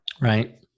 Right